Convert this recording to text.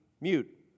mute